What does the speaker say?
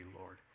Lord